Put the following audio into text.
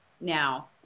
now